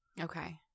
Okay